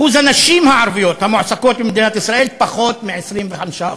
אחוז הנשים הערביות המועסקות במדינת ישראל הוא פחות מ-25%.